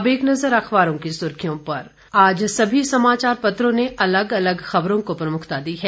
अब एक नजर अखबारों की सुर्खियों पर आज सभी समाचार पत्रों ने अलग अलग खबरों को प्रमुखता दी है